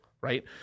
right